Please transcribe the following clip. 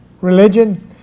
religion